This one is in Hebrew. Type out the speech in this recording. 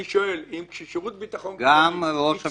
אני שואל אם כששירות הביטחון הכללי הציג את עמדתו,